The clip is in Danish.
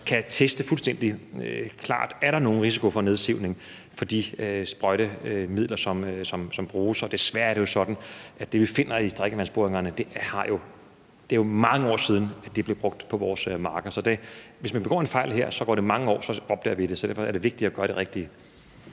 kan teste fuldstændig klart, om der er nogen risiko for nedsivning fra de sprøjtemidler, som bruges. For desværre er det jo sådan, at det er mange år siden, at det, vi finder i drikkevandsboringerne, blev brugt på vores marker. Så hvis man begår en fejl her, går der mange år, inden vi opdager det. Derfor er det vigtigt at gøre det rigtige.